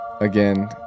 Again